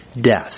death